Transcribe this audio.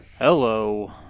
Hello